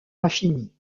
infini